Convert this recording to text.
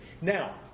Now